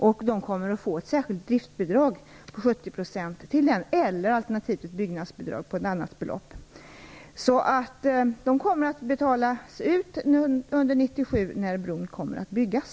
Man kommer att få ett särskilt driftsbidrag på 70 % till den eller ett byggnadsbidrag på närmaste belopp. Pengarna kommer att betalas ut under 1997 då bron skall byggas.